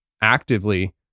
actively